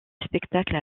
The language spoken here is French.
spectacles